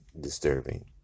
disturbing